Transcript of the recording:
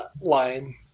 line